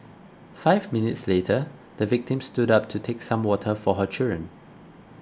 five minutes later the victim stood up to take some water for her children